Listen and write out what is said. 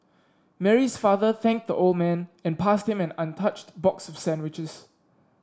Mary's father thanked the old man and passed him an untouched box of sandwiches